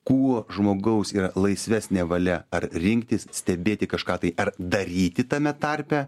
kuo žmogaus yra laisvesnė valia ar rinktis stebėti kažką tai ar daryti tame tarpe